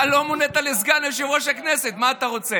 אתה לא מונית לסגן יושב-ראש הכנסת, מה אתה רוצה?